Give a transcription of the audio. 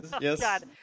yes